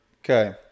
okay